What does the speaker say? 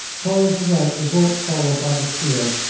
coils of rope were brought forward by the steward,